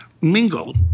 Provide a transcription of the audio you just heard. mingle